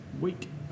week